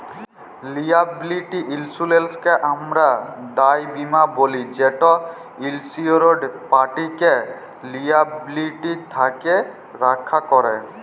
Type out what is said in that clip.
liability ইলসুরেলসকে আমরা দায় বীমা ব্যলি যেট ইলসিওরড পাটিকে লিয়াবিলিটি থ্যাকে রখ্যা ক্যরে